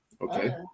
Okay